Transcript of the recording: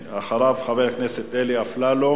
אחריו, חבר הכנסת אלי אפללו,